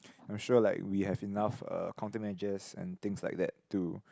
I'm sure like we have enough uh counter measures and things like that to